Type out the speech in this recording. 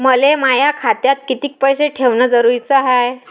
मले माया खात्यात कितीक पैसे ठेवण जरुरीच हाय?